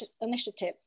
initiative